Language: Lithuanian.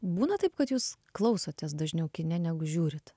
būna taip kad jūs klausotės dažniau kine negu žiūrit